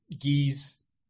geese